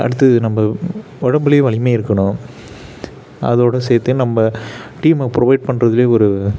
அடுத்தது நம்ம உடம்புலையும் வலிமையும் இருக்கணும் அதோட சேர்த்து நம்ம டீம்மை புரொவைட் பண்ணுறதுலையும் ஒரு